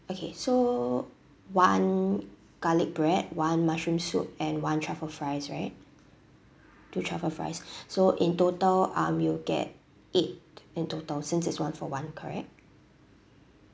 okay so one garlic bread one mushroom soup and one truffle fries right two truffle fries so in total um you'll get eight in total since it's one for one correct